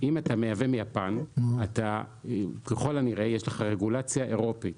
אם אתה מייבא מיפן ככל הנראה יש לך רגולציה אירופית